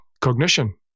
cognition